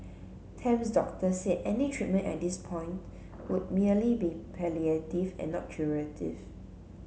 Tam's doctor said any treatment at this point would merely be palliative and not curative